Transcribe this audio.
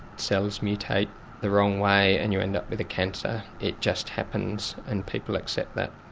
cells mutate the wrong way and you end up with a cancer. it just happens and people accept that.